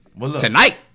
Tonight